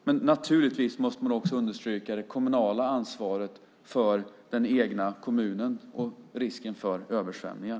Men man måste naturligtvis också understryka det kommunala ansvaret för den egna kommunen och risken för översvämningar.